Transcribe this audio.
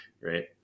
Right